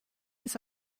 ist